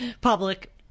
public